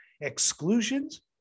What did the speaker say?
exclusions